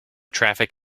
traffic